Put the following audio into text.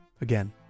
again